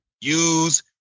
use